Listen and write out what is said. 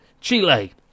Chile